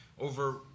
over